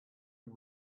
and